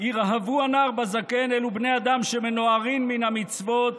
"ירהבו הנער בזקן, אלו בני אדם שמנוערין מן המצות,